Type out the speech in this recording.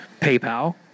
PayPal